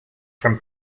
from